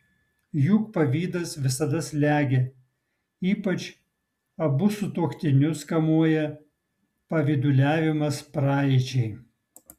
juk pavydas visada slegia ypač abu sutuoktinius kamuoja pavyduliavimas praeičiai